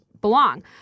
belong